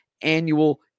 annual